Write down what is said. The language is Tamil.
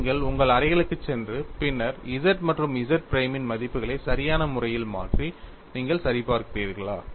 நீங்கள் உங்கள் அறைகளுக்குச் சென்று பின்னர் Z மற்றும் Z பிரைமின் மதிப்புகளை சரியான முறையில் மாற்றி நீங்கள் சரிபார்க்கிறீர்களா